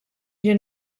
jien